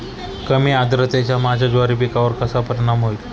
कमी आर्द्रतेचा माझ्या ज्वारी पिकावर कसा परिणाम होईल?